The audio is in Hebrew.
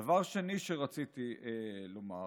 דבר שני שרציתי לומר,